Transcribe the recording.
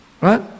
right